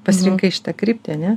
pasirinkai šitą kryptį ane